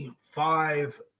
five